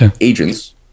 agents